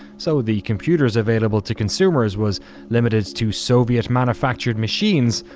so the computers available to consumers was limited to soviet manufactured machines,